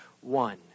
one